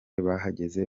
bahageze